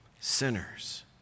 sinners